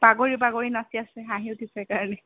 বাগৰি বাগৰি নাচি আছে হাঁহি উঠিছে সেইকাৰণে